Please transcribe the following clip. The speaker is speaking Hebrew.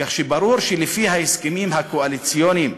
כך שברור שלפי ההסכמים הקואליציוניים,